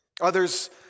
Others